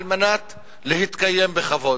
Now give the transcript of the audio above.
על מנת להתקיים בכבוד.